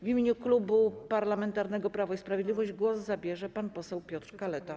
W imieniu Klubu Parlamentarnego Prawo i Sprawiedliwość głos zabierze pan poseł Piotr Kaleta.